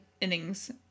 innings